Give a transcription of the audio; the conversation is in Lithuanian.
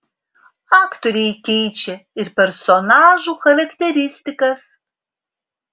aktoriai keičia ir personažų charakteristikas